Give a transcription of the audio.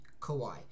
Kawhi